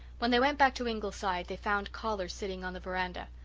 when they went back to ingleside they found callers sitting on the veranda.